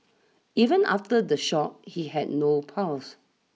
even after the shock he had no pulse